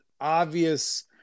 obvious